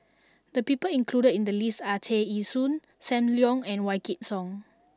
the people included in the list are Tear Ee Soon Sam Leong and Wykidd Song